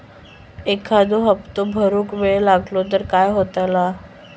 एखादो हप्तो भरुक वेळ लागलो तर काय होतला?